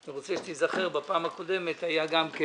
אני רוצה שתיזכר שבפעם הקודמת היה גם כן